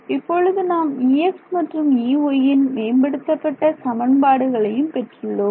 இப்பொழுது நாம் Ex மற்றும் Eyன் மேம்படுத்தப்பட்ட சமன்பாடுகளையும் பெற்றுள்ளோம்